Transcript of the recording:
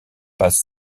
passe